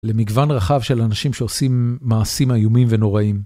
למגוון רחב של אנשים שעושים מעשים איומים ונוראים.